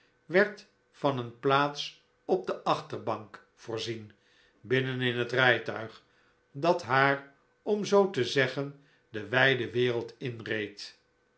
werd van een plaats op de achterbank voorzien binnen in het rijtuig dat haar om zoo te zeggen de wijde wereld inreed